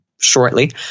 shortly